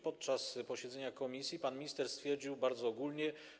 Podczas posiedzenia komisji pan minister stwierdził bardzo ogólnie: